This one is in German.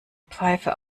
pfeife